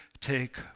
take